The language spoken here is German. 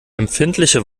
empfindliche